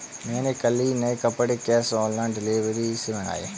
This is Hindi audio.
मैंने कल ही नए कपड़े कैश ऑन डिलीवरी से मंगाए